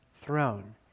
throne